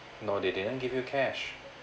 no they didn't give you cash